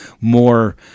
more